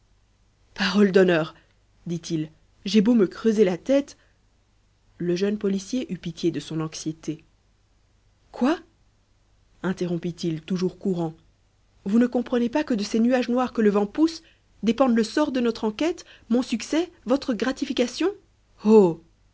parole d'honneur dit-il j'ai beau me creuser la tête le jeune policier eut pitié de son anxiété quoi interrompit-il toujours courant vous ne comprenez pas que de ces nuages noirs que le vent pousse dépendent le sort de notre enquête mon succès votre gratification oh